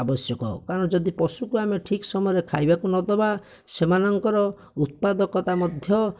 ଆବଶ୍ୟକ କାରଣ ଯଦି ପଶୁକୁ ଆମେ ଠିକ୍ ସମୟରେ ଖାଇବାକୁ ନଦେବା ସେମାନଙ୍କର ଉତ୍ପାଦକତା ମଧ୍ୟ